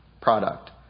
product